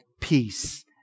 peace